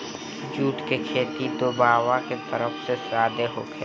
जुट के खेती दोवाब के तरफ में सबसे ज्यादे होखेला